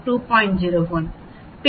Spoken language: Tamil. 04 2